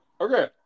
Okay